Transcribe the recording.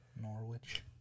Norwich